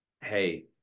hey